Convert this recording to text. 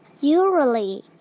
Usually